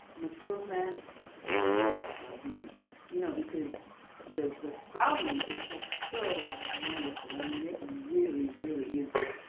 mature plants or the you know because the the sprouting is just so wonderful. i mean it really really is there.